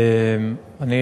תודה רבה,